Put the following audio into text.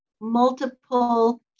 multiple